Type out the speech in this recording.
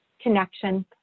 connection